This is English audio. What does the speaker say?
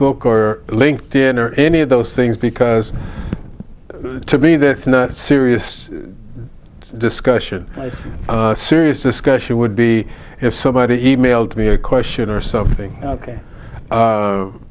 book or linked in or any of those things because to me that's not serious discussion is serious discussion would be if somebody e mailed me a question or something ok